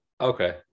Okay